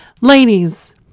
Ladies